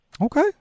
Okay